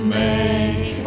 make